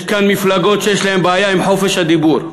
יש כאן מפלגות שיש להן בעיה עם חופש הדיבור,